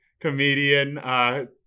comedian